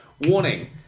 Warning